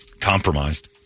compromised